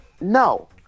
No